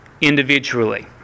individually